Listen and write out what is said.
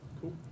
Cool